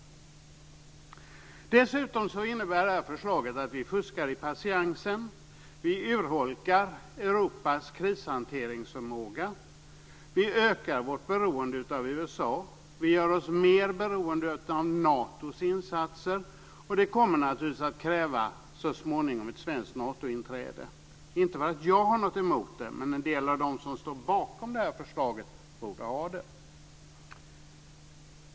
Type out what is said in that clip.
Dessutom innebär det här förslaget att vi fuskar i patiensen. Vi urholkar Europas krishanteringsförmåga. Vi ökar vårt beroende av USA. Vi gör oss mer beroende av Natos insatser, och det kommer naturligtvis så småningom att kräva ett svenskt Natomedlemskap - inte för att jag har något emot det, men en del av dem som står bakom det här förslaget borde ha det.